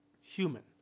human